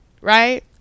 right